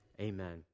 amen